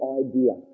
idea